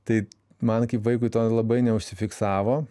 tai man kaip vaikui labai neužsifiksavo